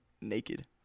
Naked